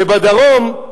ובדרום,